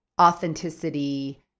authenticity